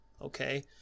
okay